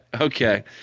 Okay